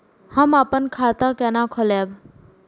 हम आपन खाता केना खोलेबे?